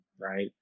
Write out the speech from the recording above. right